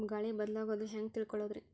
ಗಾಳಿ ಬದಲಾಗೊದು ಹ್ಯಾಂಗ್ ತಿಳ್ಕೋಳೊದ್ರೇ?